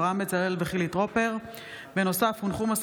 אברהם בצלאל וחילי טרופר בנושא: היעדר פגייה בבית החולים יוספטל שבאילת,